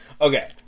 okay